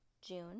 june